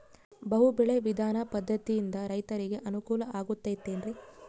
ಬಹು ಬೆಳೆ ವಿಧಾನ ಪದ್ಧತಿಯಿಂದ ರೈತರಿಗೆ ಅನುಕೂಲ ಆಗತೈತೇನ್ರಿ?